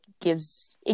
gives